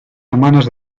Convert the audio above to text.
semanas